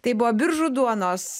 tai buvo biržų duonos